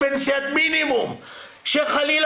ימים שהוא לפחות מספר הימים שיש להפחיתם כאמור,